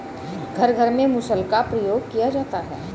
घर घर में मुसल का प्रयोग किया जाता है